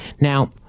Now